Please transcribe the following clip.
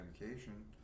medication